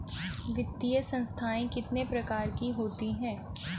वित्तीय संस्थाएं कितने प्रकार की होती हैं?